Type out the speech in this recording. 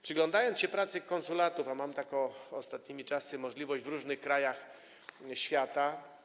Przyglądam się pracy konsulatów, a mam taką ostatnimi czasy możliwość, w różnych krajach świata.